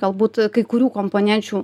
galbūt kai kurių komponenčių